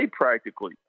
practically